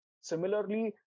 Similarly